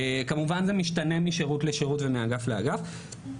כמובן שזה משתנה משירות לשירות ומאגף לאגף.